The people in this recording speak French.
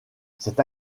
cette